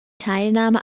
teilnahme